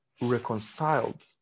reconciled